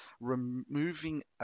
removing